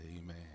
amen